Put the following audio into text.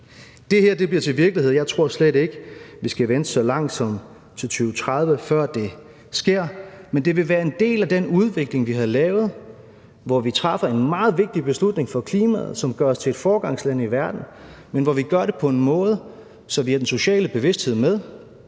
Det her bliver til virkelighed, og jeg tror slet ikke, vi skal vente så langt som til 2030, før det sker, men det vil være en del af den udvikling, vi har lavet, hvor vi træffer en meget vigtig beslutning for klimaet, som gør os til foregangsland i verden, men hvor vi gør det på en måde, så vi har den sociale bevidsthed med,